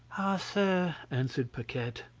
ah! sir, answered paquette,